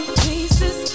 pieces